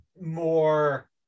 more